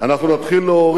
אנחנו נתחיל להוריד